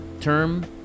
term